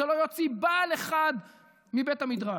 זה לא יוציא בעל אחד מבית המדרש,